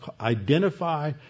identify